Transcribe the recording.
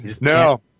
No